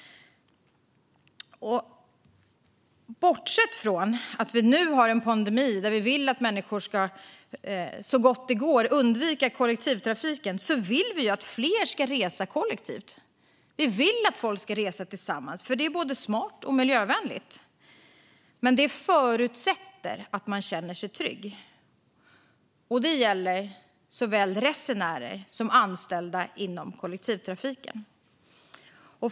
Bortsett från att vi nu har en pandemi och nu vill att människor så gott det går ska undvika kollektivtrafiken vill vi att fler ska resa kollektivt. Vi vill att folk ska resa tillsammans, för det är både smart och miljövänligt. Men det förutsätter att man känner sig trygg, och det gäller såväl resenärer som anställda inom kollektivtrafiken.